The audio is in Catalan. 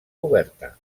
oberta